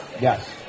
Yes